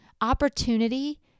opportunity